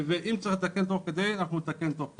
ואם צריך לתקן תוך כדי אנחנו נתקן תוך כדי.